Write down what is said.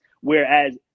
whereas